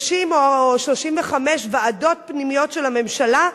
30 או 35 ועדות פנימיות של הממשלה,